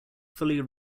fully